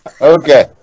Okay